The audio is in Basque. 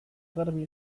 garbi